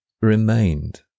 remained